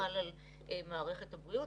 שחל על מערכת החינוך.